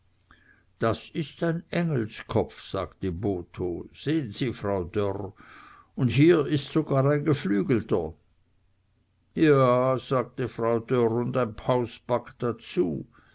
das ist ein engelskopf sagte botho sehen sie frau dörr und hier ist sogar ein geflügelter ja sagte frau dörr und ein pausback dazu